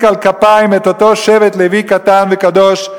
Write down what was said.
על כפיים את אותו שבט לוי קטן וקדוש,